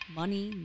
money